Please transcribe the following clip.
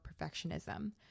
perfectionism